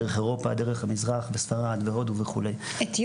דרך אירופה,